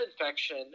infection